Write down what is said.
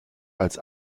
als